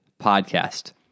podcast